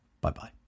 Bye-bye